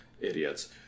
Idiots